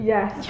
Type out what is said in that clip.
Yes